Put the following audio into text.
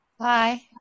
Hi